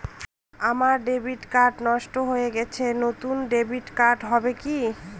আমার debit card নষ্ট হয়ে গেছে নূতন ডেবিট কার্ড হবে কি?